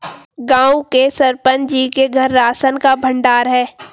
गांव के सरपंच जी के घर राशन का भंडार है